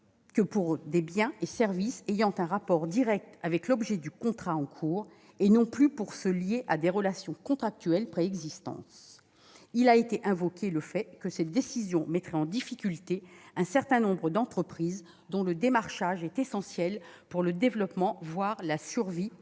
que pour des biens et services ayant un rapport direct avec l'objet du contrat en cours, et non plus pour ceux liés à des relations contractuelles préexistantes. Il a été invoqué le fait que cette décision mettrait en difficulté un certain nombre d'entreprises, dont le démarchage est essentiel au développement, voire à la survie.